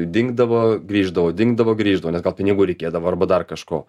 dingdavo grįždavo dingdavo grįždavo nes gal pinigų reikėdavo arba dar kažko